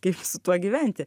kaip su tuo gyventi